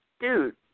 dude